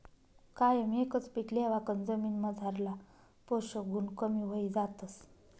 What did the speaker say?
कायम एकच पीक लेवाकन जमीनमझारला पोषक गुण कमी व्हयी जातस